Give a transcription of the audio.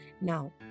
Now